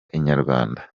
inyarwanda